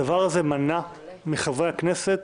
הדבר הזה מנע מחברי הכנסת